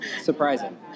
surprising